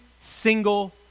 single